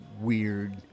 weird